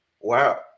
wow